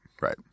right